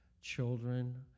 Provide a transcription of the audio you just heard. children